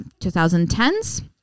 2010s